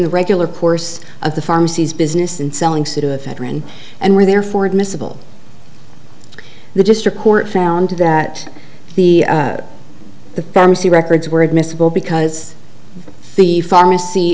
the regular course of the pharmacies business and selling pseudoephedrine and were therefore admissible the district court found that the the pharmacy records were admissible because the pharmacy